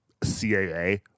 CAA